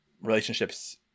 relationships